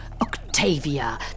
Octavia